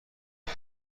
این